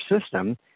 system